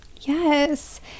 yes